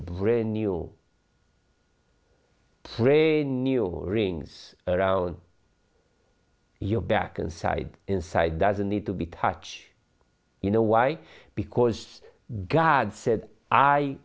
brand new brain you rings around your back inside inside doesn't need to be touch you know why because god said i